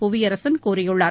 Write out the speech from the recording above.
புவியரசன் கூறியுள்ளார்